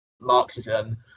Marxism